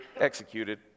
executed